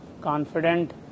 confident